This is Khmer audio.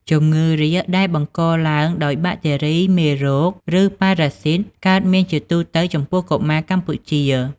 ជំងឺរាគដែលបង្កឡើងដោយបាក់តេរី មេរោគ ឬប៉ារ៉ាស៊ីត កើតមានជាទូទៅចំពោះកុមារកម្ពុជា។